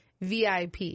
VIP